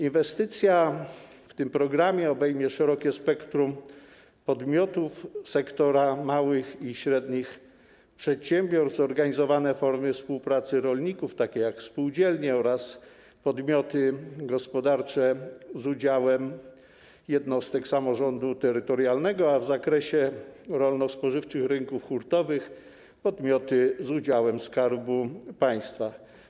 Inwestycja w tym programie obejmie szerokie spektrum podmiotów sektora małych i średnich przedsiębiorstw, zorganizowane formy współpracy rolników, takie jak spółdzielnie oraz podmioty gospodarcze z udziałem jednostek samorządu terytorialnego, a w zakresie rolno-spożywczych rynków hurtowych - podmioty z udziałem Skarbu Państwa.